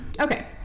Okay